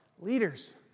Leaders